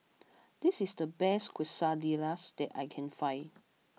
this is the best Quesadillas that I can find